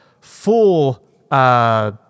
full